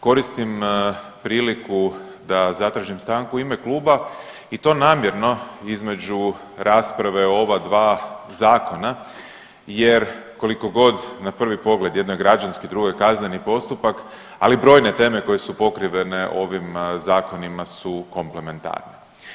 Koristim priliku da zatražim stanku u ime kluba i to namjerno između rasprave o ova dva zakona jer koliko god na prvi pogled jedno je građanski drugo je kazneni postupak, ali i brojne teme koje su pokrivene ovim zakonima su komplementarne.